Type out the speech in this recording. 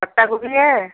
पत्ता गोभी है